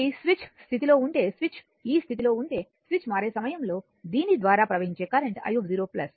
కాబట్టి స్విచ్ స్థితిలో ఉంటే స్విచ్ ఈ స్థితిలో ఉంటే స్విచ్ మారే సమయంలో దీని ద్వారా ప్రవహించే కరెంట్ i0 సరైనది